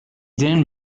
then